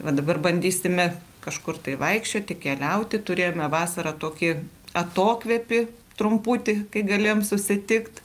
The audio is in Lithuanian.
va dabar bandysime kažkur tai vaikščioti keliauti turėjome vasarą tokį atokvėpį trumputį kai galėjom susitikt